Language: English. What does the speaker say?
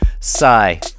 Sigh